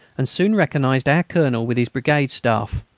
and soon recognised our colonel with his brigade staff.